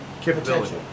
capability